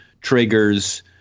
triggers